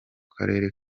karere